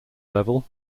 level